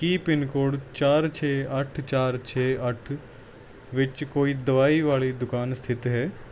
ਕੀ pin code ਚਾਰ ਛੇ ਅੱਠ ਚਾਰ ਛੇ ਅੱਠ ਵਿੱਚ ਕੋਈ ਦਵਾਈ ਵਾਲੀ ਦੁਕਾਨ ਸਥਿਤ ਹੈ